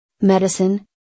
medicine